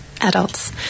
adults